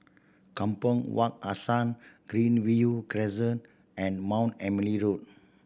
Kampong Wak Hassan Greenview Crescent and Mount Emily Road